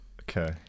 Okay